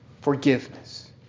Forgiveness